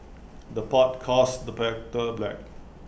the pot calls the black